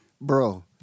Bro